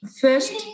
First